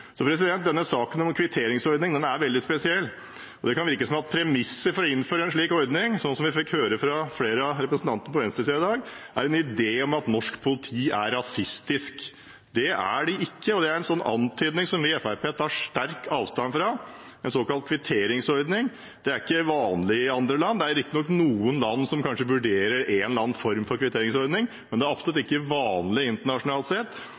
Saken om kvitteringsordning er veldig spesiell. Det kan virke som om premisset for å innføre en slik ordning, som vi fikk høre fra flere av representantene på venstresiden i dag, er en idé om at norsk politi er rasistisk. Det er de ikke. Det er en sånn antydning vi i Fremskrittspartiet tar sterk avstand fra. En såkalt kvitteringsordning er ikke vanlig i andre land. Det er riktignok noen land som kanskje vurderer en eller annen form for kvitteringsordning, men det er absolutt ikke vanlig internasjonalt sett,